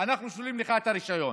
אנחנו שוללים לך את הרישיון.